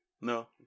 no